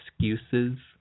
excuses